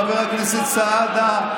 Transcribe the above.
חבר הכנסת סעדה,